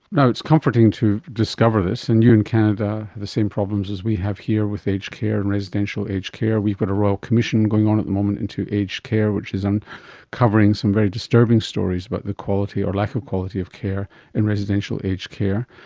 now, it's comforting to discover this, and you in canada have the same problems as we have here with aged care and residential aged care. we've got but a royal commission going on at the moment into aged care which is um uncovering some very disturbing stories about the quality or lack of quality of care in residential aged care.